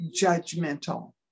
judgmental